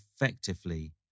effectively